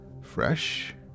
Fresh